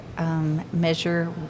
Measure